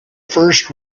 first